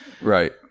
right